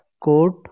court